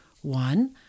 One